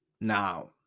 Now